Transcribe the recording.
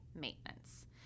maintenance